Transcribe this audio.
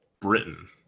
britain